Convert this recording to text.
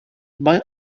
bei